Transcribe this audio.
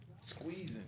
squeezing